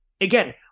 again